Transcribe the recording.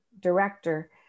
director